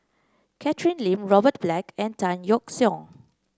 Catherine Lim Robert Black and Tan Yeok Seong